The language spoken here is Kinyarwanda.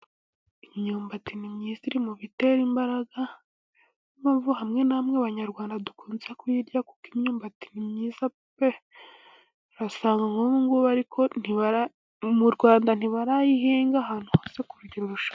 Imyumbati ni myiza iri mu bitera imbaraga niyo mpamvu hamwe na hamwe Abanyarwanda dukunze kuyirya, kuko imyumbati ni myiza pe! Urasanga nk'ubungubu ariko mu Rwanda nti barayihinga ahantu hose kurugero bashaka.